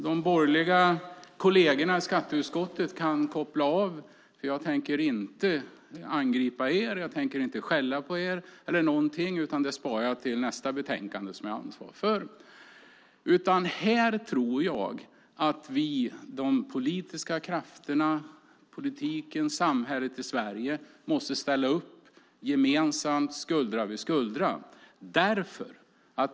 De borgerliga kollegerna i skatteutskottet kan koppla av, för jag tänker inte angripa dem eller skälla på dem, utan det sparar jag till nästa betänkandedebatt. Här tror jag att vi, de politiska krafterna, samhället i stort, gemensamt måste ställa upp, skuldra vid skuldra.